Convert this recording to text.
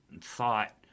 thought